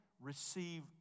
receive